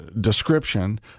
description